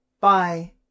Bye